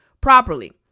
properly